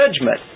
judgment